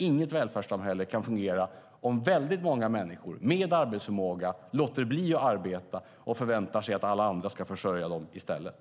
Inget välfärdssamhälle kan fungera om väldigt många människor med arbetsförmåga låter bli att arbeta och förväntar sig att alla andra ska försörja dem i stället.